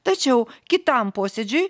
tačiau kitam posėdžiui